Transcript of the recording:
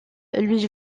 lui